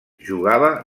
jugava